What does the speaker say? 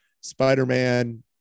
Spider-Man